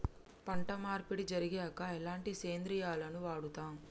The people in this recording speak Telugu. పంట మార్పిడి జరిగాక ఎలాంటి సేంద్రియాలను వాడుతం?